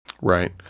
Right